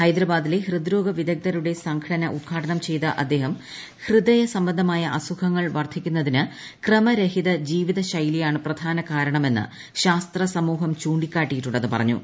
ഹൈദരാബാദിലെ ഹൃദ്രോഗ വിദഗ്ദ്ധരുടെ സംഘടന ഉദ്ഘാടനം ചെയ്ത അദ്ദേഹം ഹൃദയ സംബന്ധമായ അസുഖങ്ങൾ വർദ്ധിക്കുന്നതിനു ക്രമരഹിത ജീവിതശൈലിയാണ് പ്രധാന കാരണമെന്ന് ശാസ്ത്ര സമൂഹം ചൂണ്ടിക്കാട്ടിയിട്ടുണ്ടെന്ന് പറഞ്ഞു